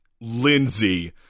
Lindsay